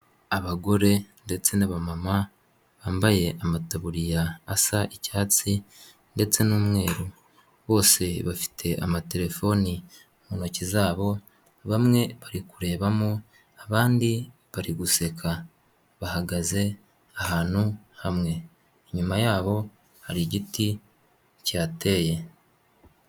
Abagore ndetse n'abamama bambaye amataburiya asa icyatsi ndetse n'umweru, bose bafite amatelefoni mu ntoki zabo, bamwe bari kurebamo, abandi bari guseka, bahagaze ahantu hamwe, inyuma yabo hari igiti cyihateye.